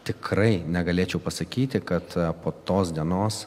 tikrai negalėčiau pasakyti kad po tos dienos